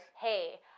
hey